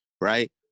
right